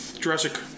Jurassic